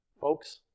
Folks